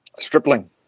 Stripling